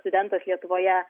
studentas lietuvoje